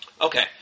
Okay